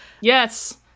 Yes